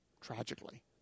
Tragically